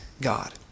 God